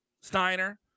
Steiner